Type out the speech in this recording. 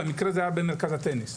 במקרה זה היה במרכז הטניס.